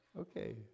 Okay